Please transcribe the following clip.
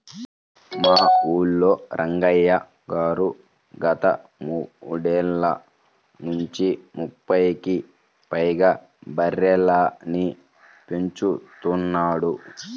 మా ఊల్లో రంగయ్య గారు గత మూడేళ్ళ నుంచి ముప్పైకి పైగా బర్రెలని పెంచుతున్నాడు